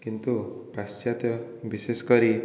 କିନ୍ତୁ ପାଶ୍ଚାତ୍ୟ ବିଶେଷକରି